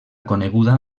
coneguda